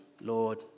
Lord